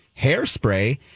Hairspray